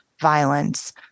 violence